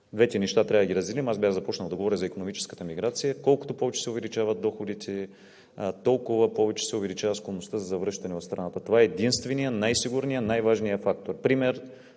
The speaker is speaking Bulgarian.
Двете неща трябва да ги разделим. Аз бях започнал да говоря за икономическата миграция – колкото повече се увеличават доходите, толкова повече се увеличава склонността за завръщане в страната. Това е единственият най-сигурен, най-важен фактор. Пример